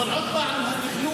אבל כמובן שהגידור